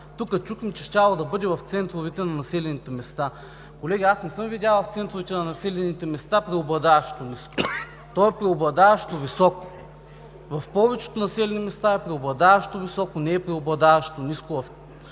Тук чухме, че щяло да бъде в центровете на населените места. Колеги, аз не съм видял в центровете на населените места преобладаващо ниско, то е преобладаващо високо. В повечето населени места е преобладаващо високо, а не преобладаващо ниско